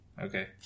Okay